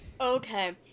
Okay